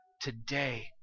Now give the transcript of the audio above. today